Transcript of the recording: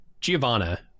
Giovanna